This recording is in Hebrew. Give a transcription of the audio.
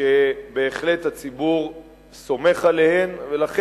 שהציבור סומך עליהן בהחלט.